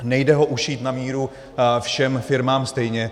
Nejde ho ušít na míru všem firmám stejně.